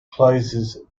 closes